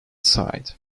side